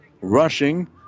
rushing